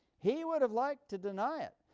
he would have liked to deny it.